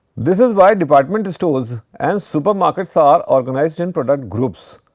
this is why department stores and supermarkets are organized in product groups,